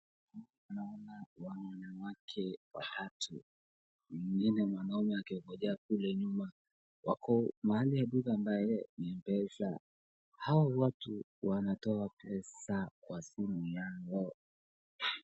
Naona wanawake watatu, mwingine mwanaume akiongojea kule nyuma, wako mahali ya duka ambayo ni Mpesa. Hao watu wanatoa pesa kwa simu yao.